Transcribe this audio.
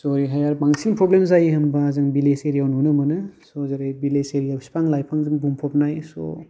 स ओरैहाय बांसिन प्रब्लेम जायो होनबा भिलेज एरियाआव नुनो मोनो स जेरै भिलेज एरियाआव बिफां लाइफांजों बुंफबनाय स